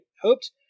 hoped